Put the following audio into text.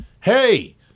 hey